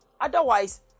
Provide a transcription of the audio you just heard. Otherwise